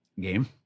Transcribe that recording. Game